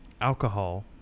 alcohol